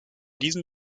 diesem